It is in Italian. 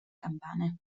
campane